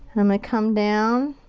i'm gonna come down